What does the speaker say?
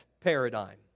paradigm